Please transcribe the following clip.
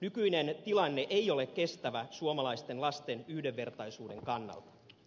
nykyinen tilanne ei ole kestävä suomalaisten lasten yhdenvertaisuuden kannalta